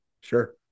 Sure